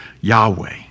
Yahweh